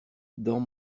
dans